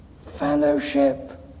fellowship